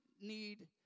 need